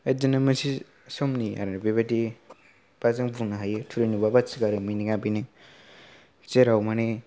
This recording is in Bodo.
बेदिनो मोनसे समनि आरो बेबायदि बा जों बुंनो हायो थुरि नुबा बाथि गारो मिनिंआ बेनो जेराव मानि